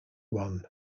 run